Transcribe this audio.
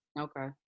Okay